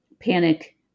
Panic